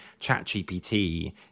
ChatGPT